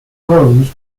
closed